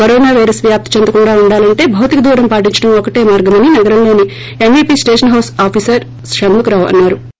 corona virus వ్యాప్తి చెందకుండా ఉండాలంటే భౌతిక దూరం పాటించడం ఒక్కటే మార్గమని నగరంలోని MVP station house officer Shanmukha Rao అన్నారు